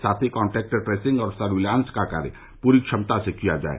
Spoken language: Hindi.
साथ ही कान्टैक्ट ट्रेसिंग और सर्विलांस का कार्य पूरी क्षमता से किया जाये